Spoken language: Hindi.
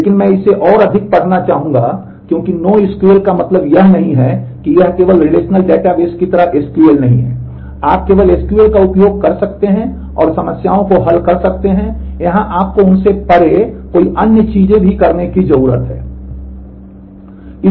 लेकिन मैं इसे और अधिक पढ़ना चाहूंगा क्योंकि नो एसक्यूएल नहीं है आप केवल एसक्यूएल का उपयोग कर सकते हैं और समस्याओं को हल कर सकते हैं यहां आपको उससे परे कई अन्य चीजें करने की जरूरत है